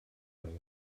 menge